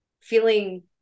feeling